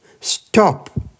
Stop